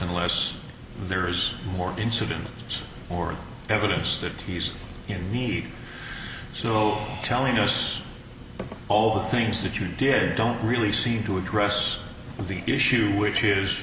unless there's more incidence or evidence that he's in the sole challengers all the things that you did don't really seem to address the issue which is